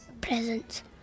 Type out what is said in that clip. presents